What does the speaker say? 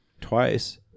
twice